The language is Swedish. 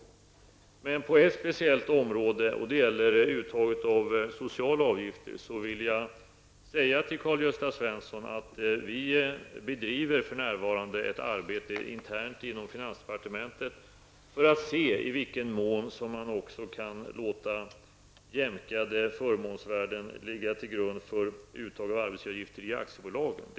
Jag vill på ett speciellt område -- nämligen vad gäller uttaget av sociala avgifter -- säga till Karl Gösta Svenson att vi för närvarande internt inom finansdepartementet bedriver ett arbete för att se i vilken mån man kan låta jämkade förmånsvärden ligga till grund för uttag av arbetsgivaravgifter i aktiebolag.